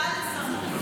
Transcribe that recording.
רעל צרוף.